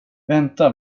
vänta